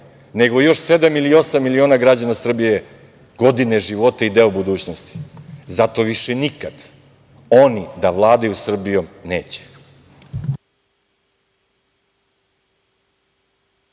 nego još sedam ili osam miliona građana Srbije, godine života i deo budućnosti. Zato više nikad oni da vladaju Srbijom neće.